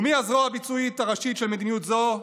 ומי הזרוע הביצועית הראשית של מדיניות זו?